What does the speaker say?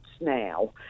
now